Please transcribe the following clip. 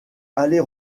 aller